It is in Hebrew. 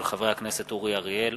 של חברי הכנסת אורי אריאל,